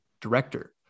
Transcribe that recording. director